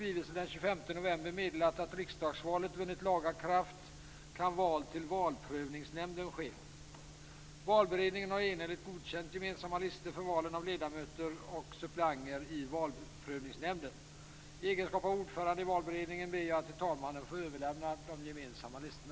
I egenskap av ordförande i valberedningen ber jag att till talmannen få överlämna de gemensamma listorna.